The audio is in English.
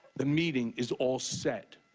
the meeting is all set.